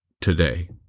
today